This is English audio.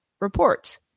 reports